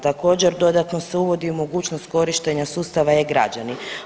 Također dodatno se uvodi i mogućnost korištenja sustava e-građani.